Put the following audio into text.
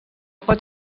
pot